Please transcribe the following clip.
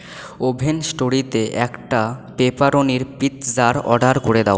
ওভেনস্টোরিতে একটা পেপারোনির পিৎজার অর্ডার করে দাও